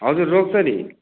हजुर रोक्छ नि